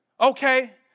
okay